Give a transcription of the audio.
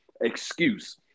excuse